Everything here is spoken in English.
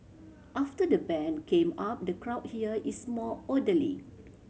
after the ban came up the crowd here is more orderly